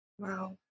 Wow